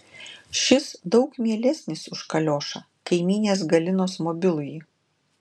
šis daug mielesnis už kaliošą kaimynės galinos mobilųjį